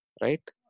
right